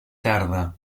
tarda